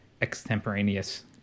extemporaneous